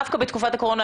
דווקא בתקופת הקורונה,